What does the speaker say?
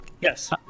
yes